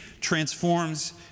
transforms